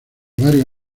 varios